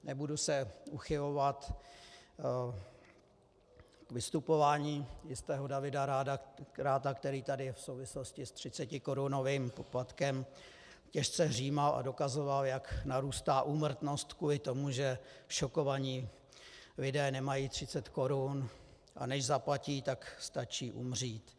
Nebudu se uchylovat k vystupování jistého Davida Ratha, který tady v souvislosti s třicetikorunovým poplatkem těžce hřímal a dokazoval, jak narůstá úmrtnost kvůli tomu, že šokovaní lidé nemají 30 korun, a než zaplatí, tak stačí umřít.